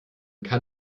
kann